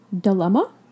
dilemma